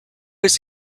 his